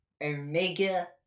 Omega